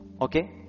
okay